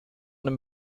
dem